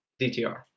DTR